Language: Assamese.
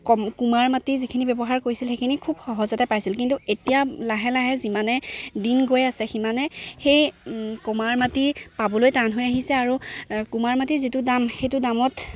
কম কুমাৰ মাটি যিখিনি ব্যৱহাৰ কৰিছিল সেইখিনি খুব সহজতে পাইছিল কিন্তু এতিয়া লাহে লাহে যিমানে দিন গৈ আছে সিমানে সেই কুমাৰ মাটি পাবলৈ টান হৈ আহিছে আৰু কুমাৰ মাটিৰ যিটো দাম সেইটো দামত